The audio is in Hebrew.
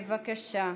בבקשה.